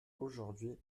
aujourd’hui